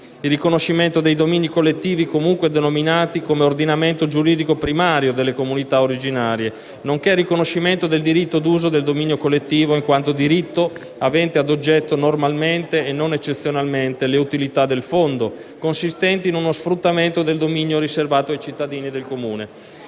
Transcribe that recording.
il riconoscimento dei domini collettivi, comunque denominati, come ordinamento giuridico primario delle comunità originarie, nonché il riconoscimento del diritto d'uso del dominio collettivo, in quanto diritto avente ad oggetto, normalmente e non eccezionalmente, le utilità del fondo, consistenti in uno sfruttamento del dominio riservato ai cittadini del Comune,